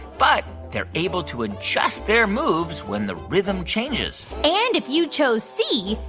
but they're able to adjust their moves when the rhythm changes and if you chose c,